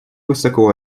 высоко